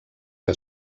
que